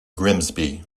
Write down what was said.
grimsby